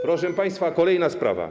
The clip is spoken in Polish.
Proszę państwa, kolejna sprawa.